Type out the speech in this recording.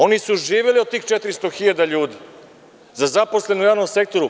Oni su živeli od tih 400.000 ljudi, za zaposlene u javnom sektoru.